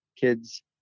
kids